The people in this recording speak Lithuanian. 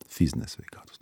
fizinė sveikatos